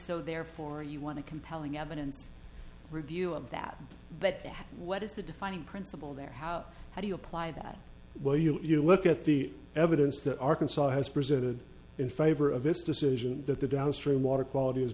so therefore you want a compelling evidence review of that but it is the defining principle that how do you apply that you look at the evidence that arkansas has presented in favor of this decision that the downstream water quality is